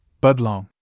Budlong